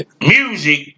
music